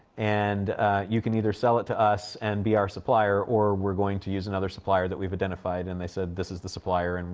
and you can either sell it to us and be our supplier, or we're going to use another supplier that we've identified. and they said, this is the supplier. and